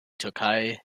türkei